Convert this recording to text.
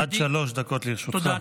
עד שלוש דקות לרשותך.